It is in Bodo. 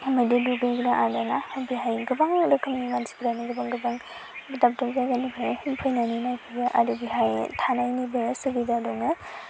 मैदेर दुगैग्रा आरो ना बेहाय गोबां रोखोमनि मानसिफोरानो गोबां गोबां दाब दाब जायगानिफ्राय फैनानै नायफैयो आरो बिहाय थानायनिबो सुबिदा दङ